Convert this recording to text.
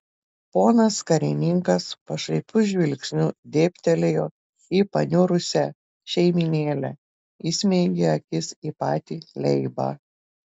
ponas karininkas pašaipiu žvilgsniu dėbtelėjo į paniurusią šeimynėlę įsmeigė akis į patį leibą